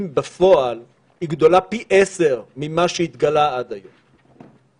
בפועל היא גדולה פי 10 ממה שהתגלתה עד היום.